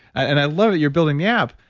and i love that you're building the app,